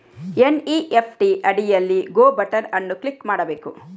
NEFT ಅಡಿಯಲ್ಲಿ go button ಅನ್ನು click ಮಾಡಬೇಕು